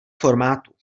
formátu